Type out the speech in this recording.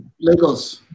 Lagos